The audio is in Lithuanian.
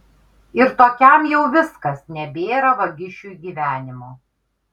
ir tokiam jau viskas nebėra vagišiui gyvenimo